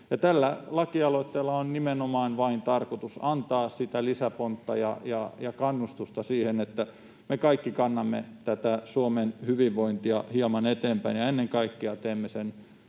tällä lakialoitteella on nimenomaan vain tarkoitus antaa lisäpontta ja kannustusta siihen, että me kaikki kannamme tätä Suomen hyvinvointia hieman eteenpäin ja ennen kaikkea teemme sen